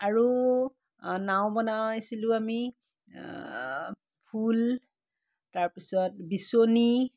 আৰু নাও বনাইছিলো আমি ফুল তাৰ পিছত বিচনী